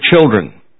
children